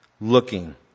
looking